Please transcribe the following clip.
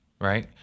right